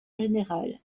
général